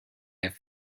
have